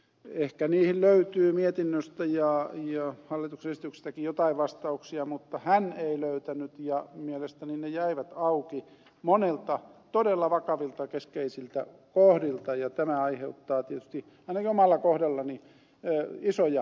ehkä niihin löytyy mietinnöstä ja hallituksen esityksestäkin joitain vastauksia mutta hän ei löytänyt ja mielestäni ne jäivät auki monilta todella vakavilta keskeisiltä kohdilta ja tämä aiheuttaa tietysti ainakin omalla kohdallani isoja kysymyksiä